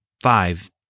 five